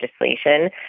legislation